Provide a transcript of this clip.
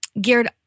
geared